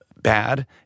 bad